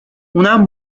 اونم